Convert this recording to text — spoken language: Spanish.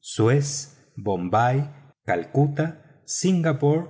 suez bombay calcuta singapore